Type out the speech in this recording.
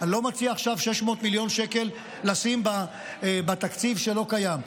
אני לא מציע עכשיו 600 מיליון שקל לשים בתקציב שלא קיים,